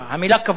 המלה "כבוד"